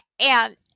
And-